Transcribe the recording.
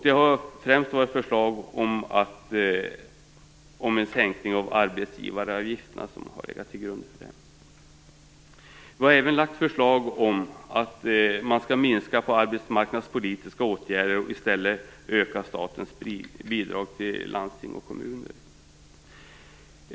Det har främst varit fråga om förslag om en sänkning av arbetsgivaravgifterna. Vi har även lagt fram ett förslag om att man skall minska de arbetsmarknadspolitiska åtgärderna och i stället öka statens bidrag till landsting och kommuner.